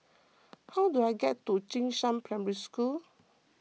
how do I get to Jing Shan Primary School